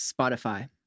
Spotify